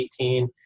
2018